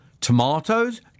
tomatoes